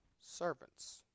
servants